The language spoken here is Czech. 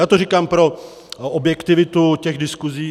Já to říkám pro objektivitu těch diskuzí.